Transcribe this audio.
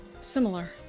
similar